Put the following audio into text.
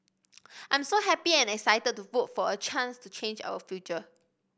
I'm so happy and excited to vote for a chance to change our future